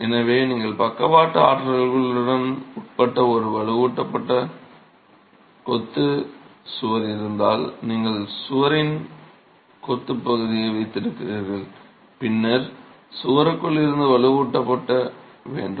எனவே நீங்கள் பக்கவாட்டு ஆற்றல்களுக்கு உட்பட்ட ஒரு வலுவூட்டப்பட்ட கொத்து சுவர் இருந்தால் நீங்கள் சுவரின் கொத்து பகுதியை வைத்திருக்கிறீர்கள் பின்னர் சுவருக்குள் இருந்து வலுவூட்ட வேண்டும்